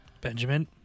Benjamin